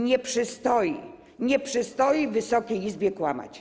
Nie przystoi, nie przystoi Wysokiej Izbie kłamać.